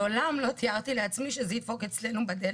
מעולם לא תיארתי לעצמי שזה ידפוק אצלנו בדלת,